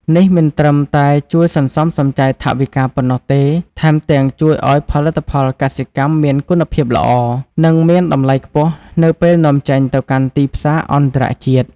នេះមិនត្រឹមតែជួយសន្សំសំចៃថវិកាប៉ុណ្ណោះទេ ថែមទាំងជួយឲ្យផលិតផលកសិកម្មមានគុណភាពល្អ និងមានតម្លៃខ្ពស់នៅពេលនាំចេញទៅកាន់ទីផ្សារអន្តរជាតិ។